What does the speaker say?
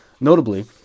notably